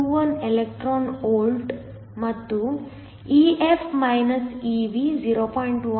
21 electron volt ಮತ್ತು EF - Ev 0